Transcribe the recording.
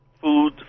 Food